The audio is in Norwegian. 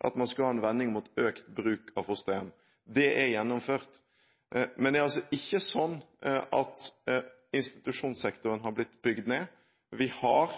at man skulle ha en vending mot økt bruk av fosterhjem. Det er gjennomført. Men det er altså ikke sånn at institusjonssektoren har blitt bygd ned. Vi har